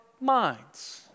minds